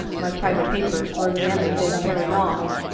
my private papers were examined and carried off,